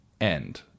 End